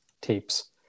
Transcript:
tapes